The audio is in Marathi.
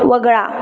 वगळा